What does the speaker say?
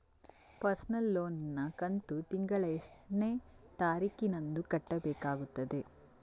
Personal loan ನ ಕಂತು ತಿಂಗಳ ಎಷ್ಟೇ ತಾರೀಕಿನಂದು ಕಟ್ಟಬೇಕಾಗುತ್ತದೆ?